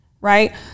right